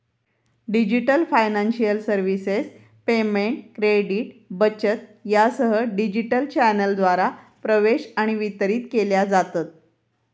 digital financial services payment, credit, बचत यासह digital चॅनेलद्वारा प्रवेश आणि वितरित केल्या जातत